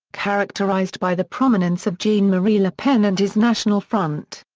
characterized by the prominence of jean-marie le pen and his national front.